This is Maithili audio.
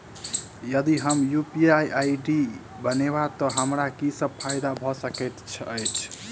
यदि हम यु.पी.आई आई.डी बनाबै तऽ हमरा की सब फायदा भऽ सकैत अछि?